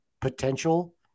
potential